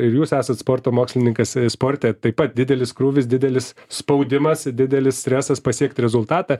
ir jūs esat sporto mokslininkas sporte taip pat didelis krūvis didelis spaudimas didelis stresas pasiekt rezultatą